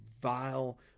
vile